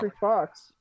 Fox